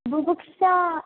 बुभुक्षा